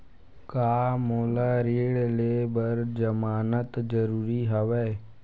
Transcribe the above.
का मोला ऋण ले बर जमानत जरूरी हवय?